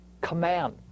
command